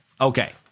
Okay